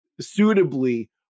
suitably